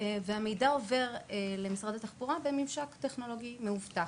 והמידע עובר למשרד התחבורה דרך ממשק טכנולוגי מאובטח.